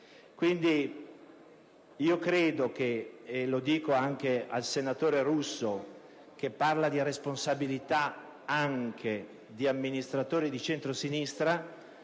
Senatore Ferrante, e mi rivolgo anche al senatore Russo, che parla di responsabilità anche di amministratori di centrosinistra,